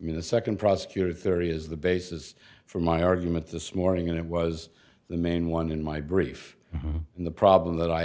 i mean the second prosecutor if there is the basis for my argument this morning it was the main one in my brief and the problem that i